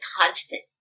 constant